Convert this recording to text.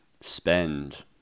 spend